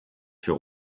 für